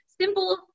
simple